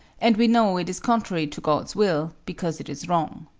and we know it is contrary to god's will because it is wrong.